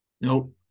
nope